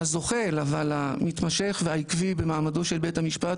הזוחל אבל המתמשך והעקבי במעמדו של בית המשפט,